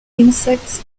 insects